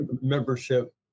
membership